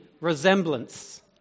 resemblance